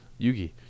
Yugi